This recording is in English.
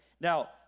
Now